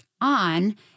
on